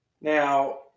Now